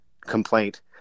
complaint